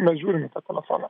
mes žiūrim į tą telefoną